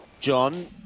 John